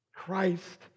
Christ